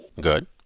Good